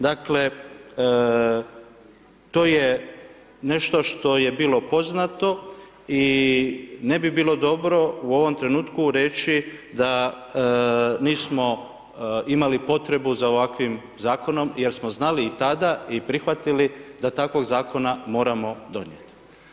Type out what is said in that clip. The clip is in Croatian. Dakle, to je nešto što je bilo poznato i ne bi bilo dobro u ovom trenutku reći, da nismo imali potrebu za ovakvim zakonom, jer smo znali i tada i prihvatili da takvog zakona moramo donijeti.